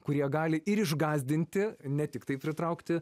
kurie gali ir išgąsdinti ne tiktai pritraukti